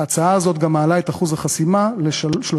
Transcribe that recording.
ההצעה הזאת גם מעלה את אחוז החסימה ל-3.25%.